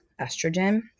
estrogen